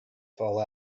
fall